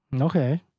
okay